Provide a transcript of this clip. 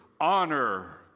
Honor